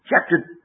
chapter